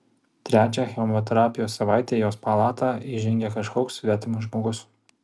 trečią chemoterapijos savaitę į jos palatą įžengė kažkoks svetimas žmogus